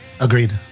Agreed